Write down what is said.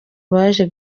baje